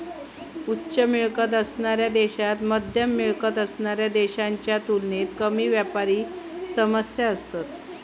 उच्च मिळकत असणाऱ्या देशांत मध्यम मिळकत असणाऱ्या देशांच्या तुलनेत कमी व्यापारी समस्या असतत